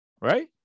right